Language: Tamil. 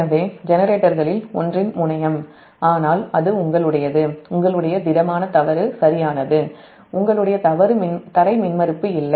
எனவே ஜெனரேட்டர்களில் ஒன்றின் முனையம் ஆனால் அது உங்களுடையது உங்களுடைய திடமான தவறு சரியானது உங்களுடைய க்ரவுன்ட் மின்மறுப்பு இல்லை